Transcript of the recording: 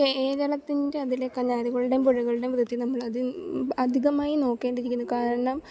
കേരളത്തിൻ്റതിൻ്റെ കനാലുകളുടെയും പുഴകളുടെയും വൃത്തി നമ്മളത് അധികമായി നോക്കേണ്ടിയിരിക്കുന്നു കാരണം